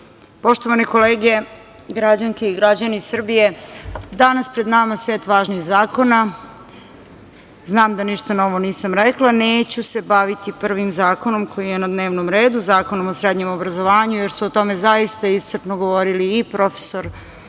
poštovane kolege, građanke i građani Srbije, danas pred nama je set važnih zakona. Znam da ništa novo nisam rekla. Neću se baviti prvim zakonom koji je na dnevnom redu, Zakonom o srednjem obrazovanju, jer su o tome zaista iscrpno govorili i profesor Žarko